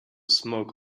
smoke